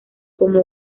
como